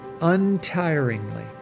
untiringly